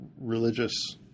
religious